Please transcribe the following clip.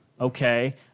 Okay